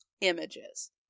images